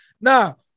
Now